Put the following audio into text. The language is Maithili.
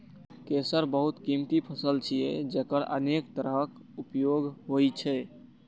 केसर बहुत कीमती फसल छियै, जेकर अनेक तरहक उपयोग होइ छै